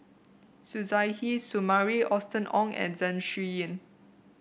Suzairhe Sumari Austen Ong and Zeng Shouyin